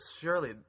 surely